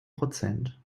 prozent